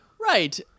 Right